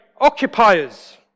occupiers